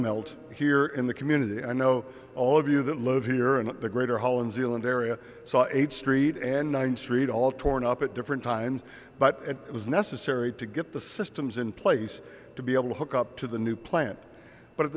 melt here in the community i know all of you that live here in the greater holland zealand area saw eight street and ninth street all torn up at different times but it was necessary to get the systems in place to be able to hook up to the new plant but at